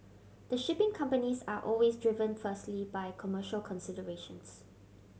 the shipping companies are always driven firstly by commercial considerations